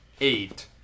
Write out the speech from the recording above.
eight